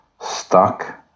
stuck